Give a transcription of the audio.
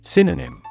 Synonym